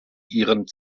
ihren